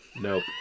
Nope